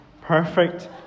perfect